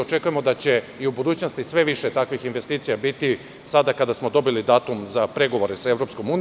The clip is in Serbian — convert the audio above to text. Očekujemo da će i u budućnosti sve više takvih investicija biti sada kada smo dobili datum za pregovore sa EU.